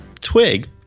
Twig